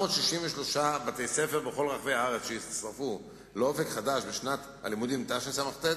מ-763 בתי-ספר בכל רחבי הארץ שהצטרפו ל"אופק חדש" בשנת הלימודים תשס"ט,